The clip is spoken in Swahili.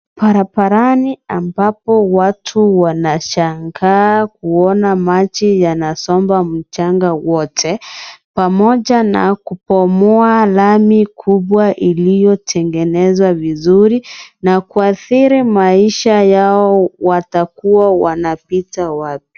Barabarani ambapo watu wanashangaa kuona maji yanasomba mchanga wote, pamoja na kubomoa lami kubwa iliyotengenezwa vizuri na kuathiri maisha yao, watakuwa wanapita wapi.